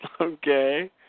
Okay